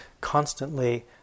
constantly